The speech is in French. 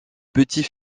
petit